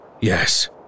Yes